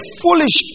foolish